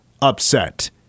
Upset